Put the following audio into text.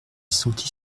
sentit